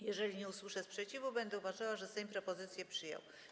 Jeżeli nie usłyszę sprzeciwu, będę uważała, że Sejm propozycję przyjął.